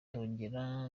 ndongera